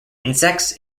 insects